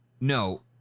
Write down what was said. No